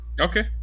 Okay